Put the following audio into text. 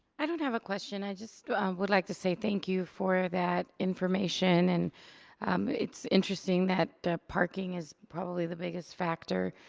i don't have a question, i just would like to say thank you for that information. and um it's interesting that parking is probably the biggest factor.